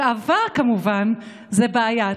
גאווה, כמובן, זה בעיה?